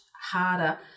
harder